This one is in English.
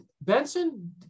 Benson